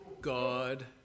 God